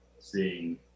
seeing